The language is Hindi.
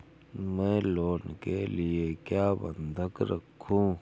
मैं लोन के लिए क्या बंधक रखूं?